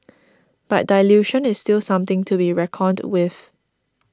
but dilution is still something to be reckoned with